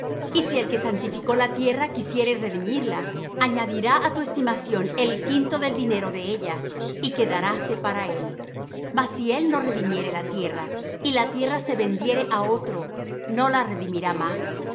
y si el que santificó la tierra quisiere redimirla añadirá á tu estimación el quinto del dinero de ella y quedaráse para él mas si él no redimiere la tierra y la tierra se vendiere á otro no la redimirá más